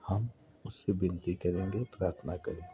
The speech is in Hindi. हम उससे विनती करेंगे प्रार्थना करेंगे